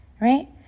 right